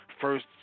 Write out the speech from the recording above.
first